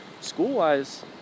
School-wise